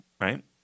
right